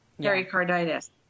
pericarditis